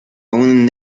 aún